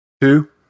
two